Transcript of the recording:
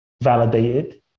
validated